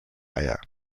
eier